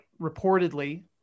reportedly